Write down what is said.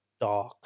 dark